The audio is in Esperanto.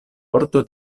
ordo